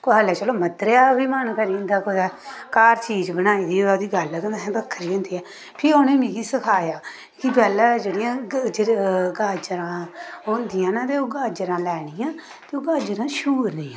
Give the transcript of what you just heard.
ते कुसै लै चलो मद्दरे दा बी मन करी जंदा कुतै घर चीज बनाई दी होऐ ओह्दी गल्ल गै चलो बक्खरी होंदी ऐ फ्ही उ'नें मिगी सक्खाया कि पैह्लै जेह्डिआं गाजरां होंदियां न ते ओह् गाजरां लैनियां ते ओह् गाजरां छूरनियां न